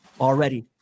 Already